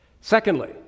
Secondly